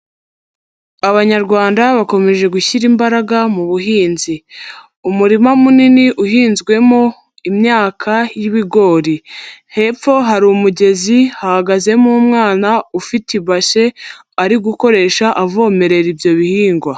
Abanyarwanda bakomeje gushyira imbaraga mu buhinzi, umurima munini uhinzwemo imyaka y'ibigori hepfo hari umugezi hahagazemo umwana ufite ibase ari gukoresha avomerera ibyo bihingwa.